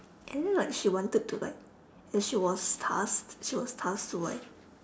and then like she wanted to like and she was tasked she was tasked to like